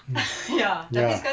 mm ya